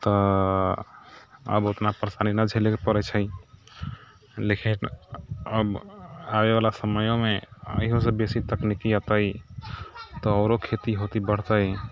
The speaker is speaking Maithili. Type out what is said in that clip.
तऽ आब ओतना परेशानी नहि झेलै पड़ै छै लेकिन अब आबैवला समयोमे इहोसँ बेसी तकनीकी एतै तऽ औरो खेती बढ़तै